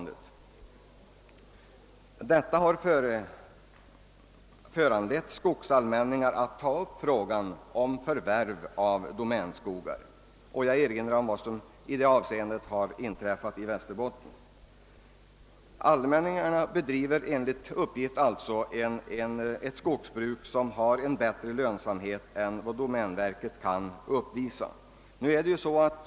Detta har föranlett skogsallmänningar att ta upp frågan om förvärv av domänskogar. Jag erinrar om vad som i detta avseende har inträffat i Västerbotten. De här aktuella områdena är oftast svårt drabbade av arbetslöshet. När domänverket, som är så dominerande, drar tillbaka sin verksamhet blir de desto svårare hemsökta av sysselsättningsproblem.